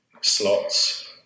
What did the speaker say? slots